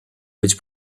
być